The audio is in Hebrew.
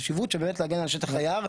חשיבות של באמת להגן על שטח היער.